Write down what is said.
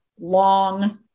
long